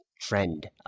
trend